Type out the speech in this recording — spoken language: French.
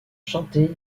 chantées